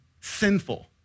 sinful